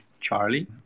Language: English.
Charlie